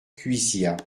cuisiat